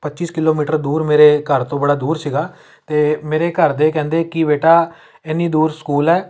ਪੱਚੀ ਕਿਲੋਮੀਟਰ ਦੂਰ ਮੇਰੇ ਘਰ ਤੋਂ ਬੜਾ ਦੂਰ ਸੀਗਾ ਅਤੇ ਮੇਰੇ ਘਰਦੇ ਕਹਿੰਦੇ ਕਿ ਬੇਟਾ ਇੰਨੀ ਦੂਰ ਸਕੂਲ ਹੈ